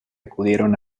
acudieron